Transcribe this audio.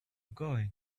going